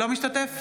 אינו משתתף